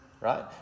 right